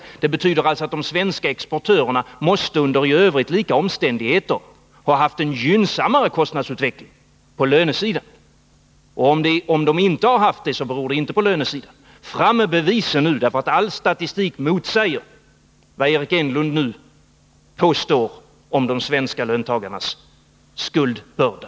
Detta betyder alltså att de svenska exportörerna måste under i övrigt lika omständigheter ha haft en gynnsammare kostnadsutveckling på lönesidan. Har de inte haft en 79 gynnsammare utveckling, är orsakerna inte att finna på lönesidan. Fram med bevisen nu. All statistik motsäger vad Eric Enlund nu påstår om de svenska löntagarnas skuldbörda.